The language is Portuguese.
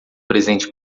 presente